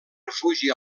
refugi